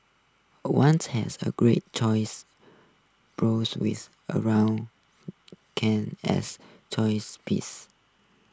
one has a great choice board with around cans as choice pieces